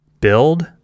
build